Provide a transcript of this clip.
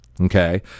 Okay